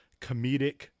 comedic